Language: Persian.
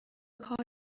کار